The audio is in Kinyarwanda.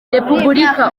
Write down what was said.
repubulika